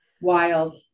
Wild